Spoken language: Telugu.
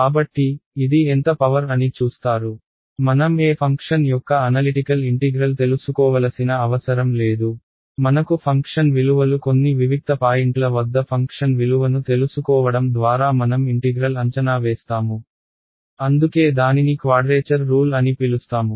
కాబట్టి ఇది ఎంత పవర్ అని చూస్తారుమనం ఏ ఫంక్షన్ యొక్క అనలిటికల్ ఇంటిగ్రల్ తెలుసుకోవలసిన అవసరం లేదు మనకు ఫంక్షన్ విలువలు కొన్ని వివిక్త పాయింట్ల వద్ద ఫంక్షన్ విలువను తెలుసుకోవడం ద్వారా మనం ఇంటిగ్రల్ అంచనా వేస్తాము అందుకే దానిని క్వాడ్రేచర్ రూల్ అని పిలుస్తాము